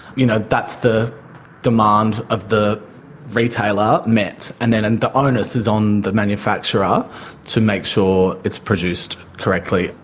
you know that's the demand of the retailer met. and then and the onus is on the manufacturer to make sure it's produced correctly.